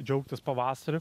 džiaugtis pavasariu